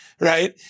Right